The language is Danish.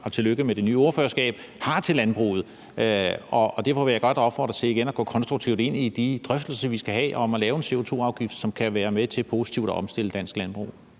og tillykke med det nye ordførerskab – har til landbruget, og derfor vil jeg godt opfordre til igen at gå konstruktivt ind i de drøftelser, vi skal have, om at lave en CO2-afgift, som kan være med til positivt at omstille dansk landbrug.